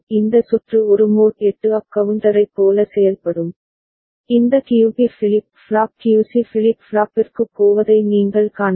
இந்த சுற்று ஒரு மோட் 8 அப் கவுண்டரைப் போல செயல்படும் இந்த QB flip flop QC flip ஃப்ளாப்பிற்குப் போவதை நீங்கள் காணலாம்